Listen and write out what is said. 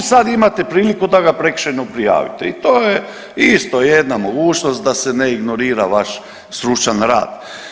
Sad imate priliku da ga prekršajno prijavite i to je isto jedna mogućnost da se ne ignorira vaš stručan rad.